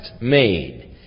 made